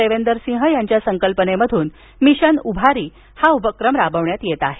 देवेंदर सिंह यांच्या संकल्पनेतून मिशन उभारी हा उपक्रम राबवण्यात येत आहे